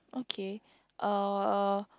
okay uh